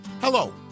Hello